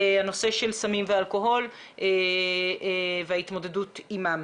הנושא של סמים ואלכוהול והתמודדות עימם.